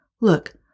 Look